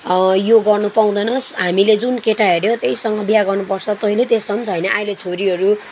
यो गर्नु पाउँदैनस् हामीले जुन केटा हेऱ्यो त्यहीसँग बिहा गर्नु पर्छ तैँले त्यस्तो पनि छैन अहिले छोरीहरू